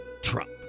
Trump